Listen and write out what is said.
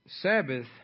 Sabbath